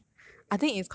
I hate organic chem